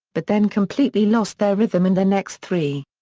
but then completely lost their rhythm and the next three.